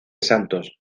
santos